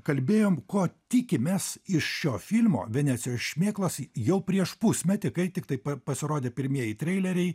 kalbėjom ko tikimės iš šio filmo venecijos šmėklos jau prieš pusmetį kai tiktai pasirodė pirmieji treileriai